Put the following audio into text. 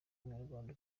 munyarwanda